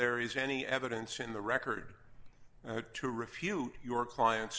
there is any evidence in the record to refute your client